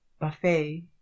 Buffet